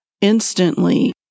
instantly